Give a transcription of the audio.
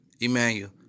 Emmanuel